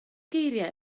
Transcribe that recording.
geiriau